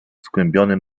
skłębiony